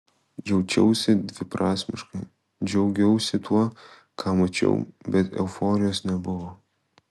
jaučiausi dviprasmiškai džiaugiausi tuo ką mačiau bet euforijos nebuvo